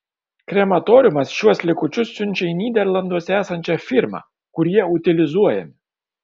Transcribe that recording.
krematoriumas šiuos likučius siunčia į nyderlanduose esančią firmą kur jie utilizuojami